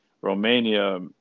romania